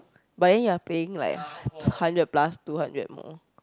but then you are paying like two hundred plus two hundred more